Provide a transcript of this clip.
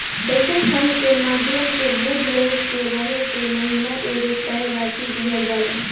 pension fund के माध्यम से बूढ़ लोग के हरेक महीना एगो तय राशि दीहल जाला